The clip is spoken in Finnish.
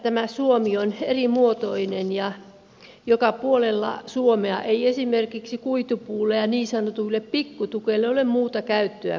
tämä suomi on erimuotoinen ja joka puolella suomea ei esimerkiksi kuitupuulle ja niin sanotuille pikkutukeille ole muuta käyttöä kuin poltto